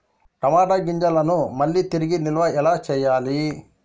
టమాట గింజలను మళ్ళీ తిరిగి నిల్వ ఎలా చేయాలి?